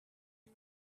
had